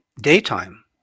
daytime